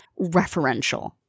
referential